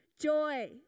joy